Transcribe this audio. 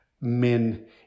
men